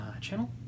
channel